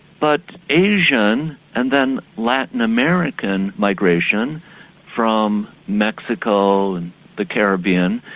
but asian and then latin american migration from mexico and the caribbean,